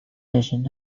nation